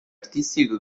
artistico